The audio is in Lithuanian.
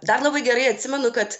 dar labai gerai atsimenu kad